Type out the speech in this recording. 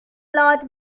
lot